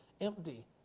empty